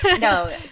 No